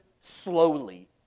slowly